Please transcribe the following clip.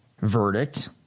verdict